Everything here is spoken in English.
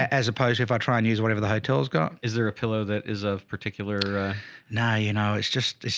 as opposed to if i try and use whatever the hotel's got. is there a pillow that is a particular now, you know, it's just,